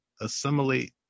assimilate